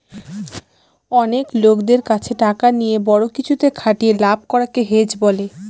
অনেক লোকদের কাছে টাকা নিয়ে বড়ো কিছুতে খাটিয়ে লাভ করাকে হেজ বলে